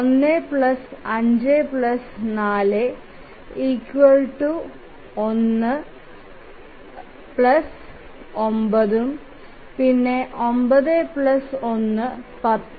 1 5 4 1 9 ഉം പിന്നെ 9 1 10